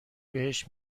بهش